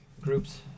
Groups